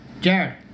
Jared